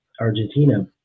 Argentina